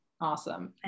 awesome